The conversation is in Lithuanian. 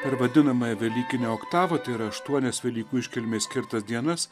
per vadinamąją velykinę oktavą tai yra aštuonias velykų iškilmei skirtas dienas